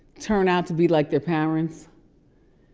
turn out to be like their parents.